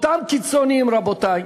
אותם קיצונים, רבותי,